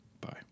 bye